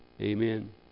Amen